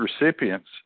recipients